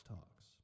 Talks